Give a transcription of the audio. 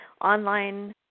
online